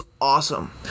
awesome